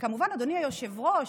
כמובן, אדוני היושב-ראש,